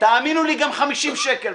תאמינו לי גם 50 שקל,